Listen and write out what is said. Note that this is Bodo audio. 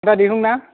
आदा बिबुं ना